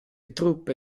truppe